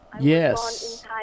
Yes